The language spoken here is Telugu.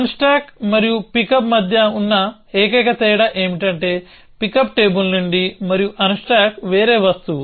అన్స్టాక్ మరియు పికప్ మధ్య ఉన్న ఏకైక తేడా ఏమిటంటే పికప్ టేబుల్ నుండి మరియు అన్స్టాక్ వేరే వస్తువు